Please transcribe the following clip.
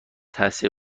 تاثیر